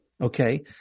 Okay